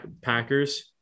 Packers